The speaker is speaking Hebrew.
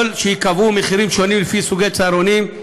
אפשר שייקבעו מחירים שונים לפי סוגי צהרונים.